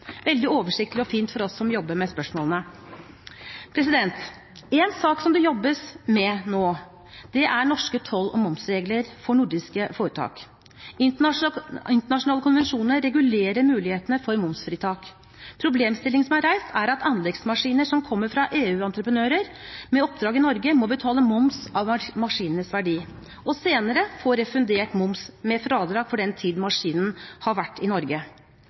veldig oversiktlig og fint for oss som jobber med spørsmålene. En sak som det jobbes med nå, er norske toll- og momsregler for nordiske foretak. Internasjonale konvensjoner regulerer mulighetene for momsfritak. Problemstillingen som er reist, er at anleggsmaskiner som kommer fra EU-entreprenører med oppdrag i Norge, må betale moms av maskinenes verdi og senere få refundert moms med fradrag for den tiden maskinen har vært i Norge.